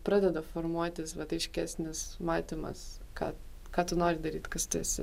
pradeda formuotis vat aiškesnis matymas ką ką tu nori daryt kas tu esi